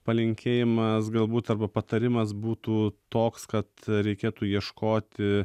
palinkėjimas galbūt arba patarimas būtų toks kad reikėtų ieškoti